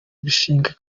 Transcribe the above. gushinga